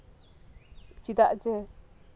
ᱪᱮᱫᱟᱜ ᱡᱮ